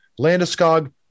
Landeskog